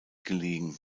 gelegen